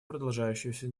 продолжающегося